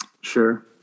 Sure